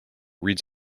reads